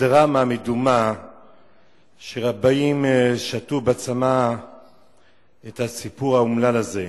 הדרמה המדומה שרבים שתו בצמא את הסיפור האומלל הזה.